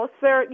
sir